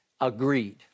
Agreed